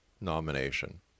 nomination